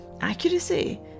accuracy